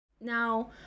Now